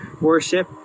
worship